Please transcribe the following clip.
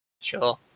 sure